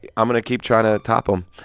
i'm going to keep trying to top um